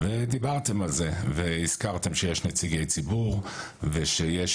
דיברתם על זה והזכרתם שיש נציגי ציבור ושיש